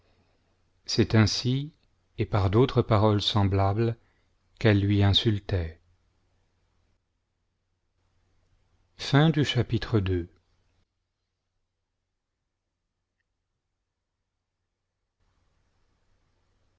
c'est ainsi et par d'autres paroles semblables qu'elle lui insultait